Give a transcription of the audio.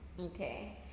Okay